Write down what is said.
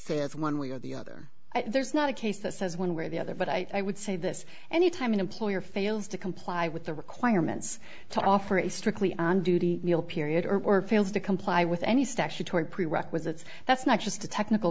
says one way or the other there's not a case that says one where the other but i would say this anytime an employer fails to comply with the requirements to offer a strictly on duty period or fails to comply with any statutory prerequisites that's not just a technical